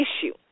issue